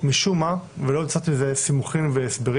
משום מה, ולא מצאתי לזה סימוכין והסברים